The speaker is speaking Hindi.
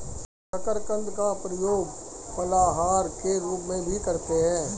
शकरकंद का प्रयोग फलाहार के रूप में भी करते हैं